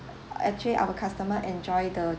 actually our customer enjoy the